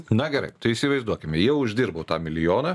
na gerai tai įsivaizduokime jau uždirbau tą milijoną